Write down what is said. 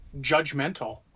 judgmental